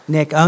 Nick